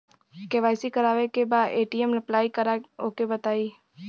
KYC करावे के बा ए.टी.एम अप्लाई करा ओके बताई?